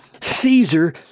Caesar